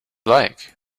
like